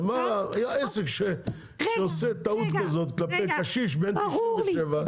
עסק שעושה טעות כזאת כלפי קשיש בן 97,